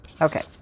Okay